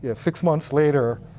yeah six months later,